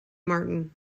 martin